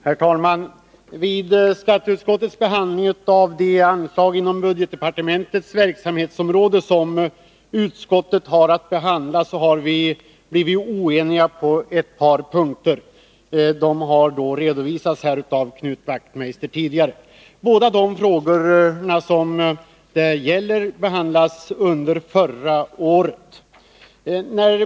Herr talman! Vid skatteutskottets behandling av de anslag inom budgetdepartementets verksamhetsområde, som utskottet har att handlägga, har vi blivit oeniga på ett par punkter. Det har redovisats här av Knut Wachtmeister tidigare. Båda de frågor som det gäller behandlades under förra året.